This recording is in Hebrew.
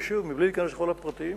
ושוב בלי להיכנס לכל הפרטים,